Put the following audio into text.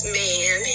man